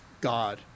God